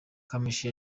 kamichi